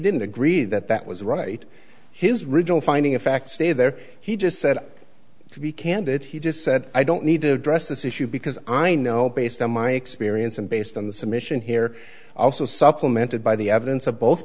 didn't agree that that was right his regional finding of fact stayed there he just said to be candid he just said i don't need to address this issue because i know based on my experience and based on the submission here also supplemented by the evidence of both